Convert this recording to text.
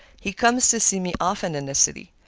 he comes to see me often in the city.